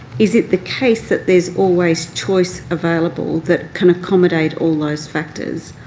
is it the case that there's always choice available that can accommodate all those factors,